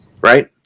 right